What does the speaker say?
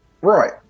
Right